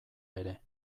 ere